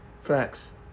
Facts